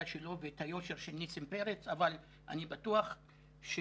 שלו ואת היושר של ניסים פרץ אבל אני בטוח שהוא